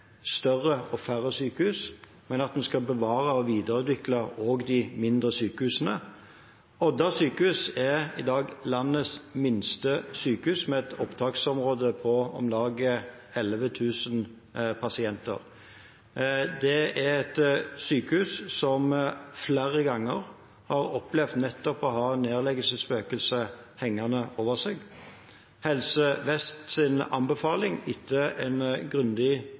større og færre sykehus, men at en skal bevare og videreutvikle også de mindre sykehusene. Odda sykehus er i dag landets minste sykehus, med et opptaksområde på om lag 11 000 pasienter. Det er et sykehus som flere ganger har opplevd nettopp å ha nedleggelsesspøkelset hengende over seg. Helse Vests anbefaling etter en grundig